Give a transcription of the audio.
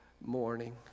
morning